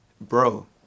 bro